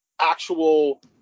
actual